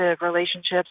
relationships